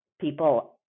people